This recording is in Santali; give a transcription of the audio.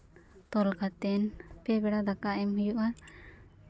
ᱛᱚᱞ ᱠᱟᱛᱮᱫ ᱯᱮ ᱵᱮᱲᱟ ᱫᱟᱠᱟ ᱮᱢ ᱦᱩᱭᱩᱜᱼᱟ